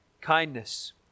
kindness